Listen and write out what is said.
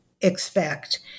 expect